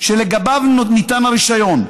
שלגביו ניתן הרישיון,